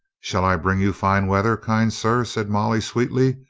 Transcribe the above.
shall i bring you fine weather, kind sir? said molly sweetly,